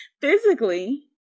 physically